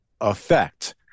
effect